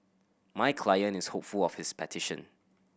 my client is hopeful of his petition